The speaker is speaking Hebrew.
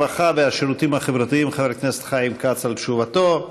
הרווחה והשירותים החברתיים חבר הכנסת חיים כץ על תשובתו.